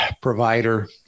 provider